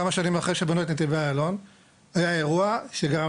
כמה שנים אחרי שנבנו נתיבי איילון היה אירוע שגרם